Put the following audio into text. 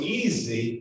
easy